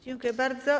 Dziękuję bardzo.